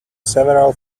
several